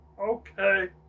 Okay